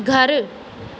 घरु